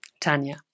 Tanya